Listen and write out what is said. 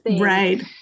Right